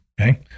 okay